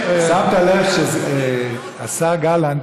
שמת לב שהשר גלנט,